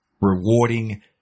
rewarding